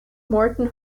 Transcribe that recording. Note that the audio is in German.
morton